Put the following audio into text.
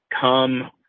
come